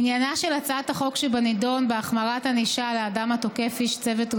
עניינה של הצעת החוק שבנדון בהחמרת ענישה לאדם התוקף איש צוות רפואי,